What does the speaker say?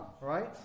right